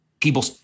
people